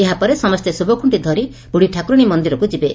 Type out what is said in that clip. ଏହାପରେ ସମସେ ଶୁଭଖୁକ୍ଷି ଧରି ବୁଡ଼ୀଠାକୁରାଶୀ ମନ୍ଦିରକୁ ଯିବେ